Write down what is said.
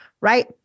right